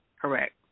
Correct